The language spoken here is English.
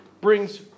brings